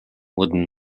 wooden